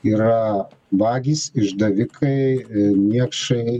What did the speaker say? yra vagys išdavikai niekšai